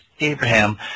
Abraham